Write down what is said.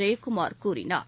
ஜெயக்குமார் கூறினார்